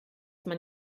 man